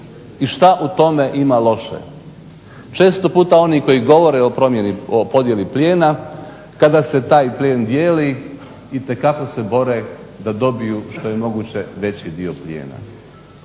I što u tome ima loše. Često puta oni koji govore o podjeli plijena kada se taj plijen dijeli itekako se bore da dobiju što je moguće veći dio plijena.